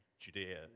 Judea